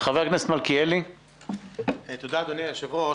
אדוני היושב-ראש,